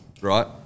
right